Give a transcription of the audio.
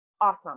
Awesome